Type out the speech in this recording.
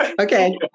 okay